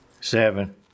seven